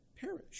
perish